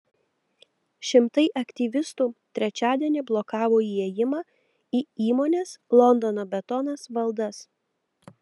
šimtai aktyvistų trečiadienį blokavo įėjimą į įmonės londono betonas valdas